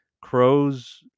crows